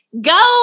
Go